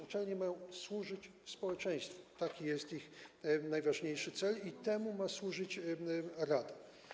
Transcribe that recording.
Uczelnie mają służyć społeczeństwu, taki jest ich najważniejszy cel, i temu ma służyć rada.